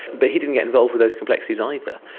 but he didn't get involved with those complexities either.